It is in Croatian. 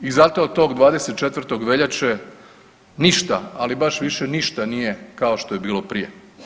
I zato od tog 24. veljače ništa, ali baš više ništa nije kao što je bilo prije.